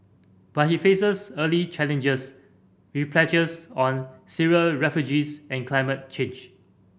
but he faces early challenges with pledges on Syrian refugees and climate change